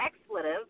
expletive